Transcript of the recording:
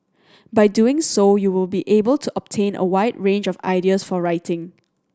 by doing so you will be able to obtain a wide range of ideas for writing